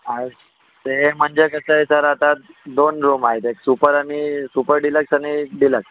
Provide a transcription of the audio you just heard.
आहे ते म्हणजे कसं आहे सर आता दोन रूम आहेत एक सुपर आणि सुपर डिलक्स आणि डिलक्स